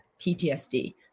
PTSD